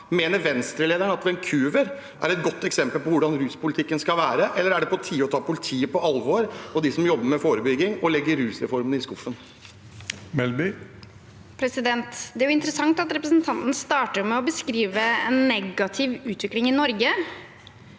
Mener Venstre-lederen at Vancouver er et godt eksempel på hvordan ruspolitikken skal være, eller er det på tide å ta politiet og de som jobber med forebygging, på alvor og legge rusreformen i skuffen? Guri Melby (V) Det er interessant at re- presentanten starter med å beskrive en negativ utvikling i Norge.